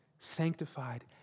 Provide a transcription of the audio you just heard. sanctified